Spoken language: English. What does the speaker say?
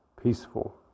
Peaceful